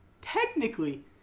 technically